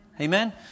Amen